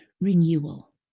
renewal